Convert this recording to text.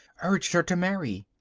urged her to marry.